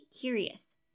curious